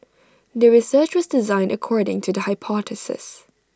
the research was designed according to the hypothesis